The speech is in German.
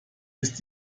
ist